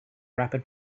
rapid